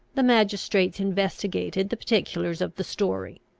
the magistrates investigated the particulars of the story.